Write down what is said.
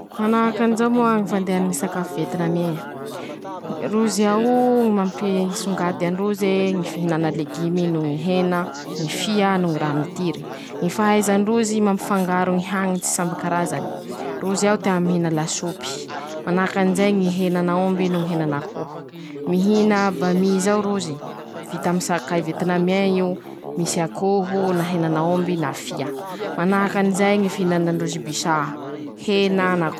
Manahakan'izao moa ñy fandehany ñy sakafo vientinamien: Rozy aoo, ñ mampiisongady androzy e ñy fihinana legimy, noho ñy hena, ñy fia noho ñy raha mitiry, ñy fahaizandrozy mampifangaro ñy hañitsy samby karazany, rozy ao tea mihina lasopy, manahakan'izay ñy henan'aomby noho ñy henan'akoho, mihina bamy zao rozy, vita aminy sakay vetinamien io, misy akoho na henan'aomby na fia, manahakan'izay ñy fihinanandrozy bisaa, hena.